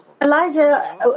Elijah